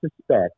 suspect